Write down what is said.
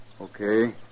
Okay